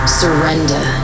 surrender